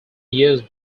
used